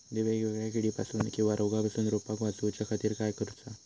वेगवेगल्या किडीपासून किवा रोगापासून रोपाक वाचउच्या खातीर काय करूचा?